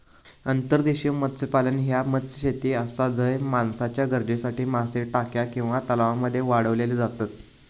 अंतर्देशीय मत्स्यपालन ह्या मत्स्यशेती आसा झय माणसाच्या गरजेसाठी मासे टाक्या किंवा तलावांमध्ये वाढवले जातत